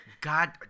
god